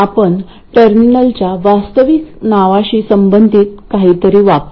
आपण टर्मिनलच्या वास्तविक नावाशी संबंधित काहीतरी वापरू